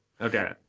okay